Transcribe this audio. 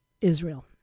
Israel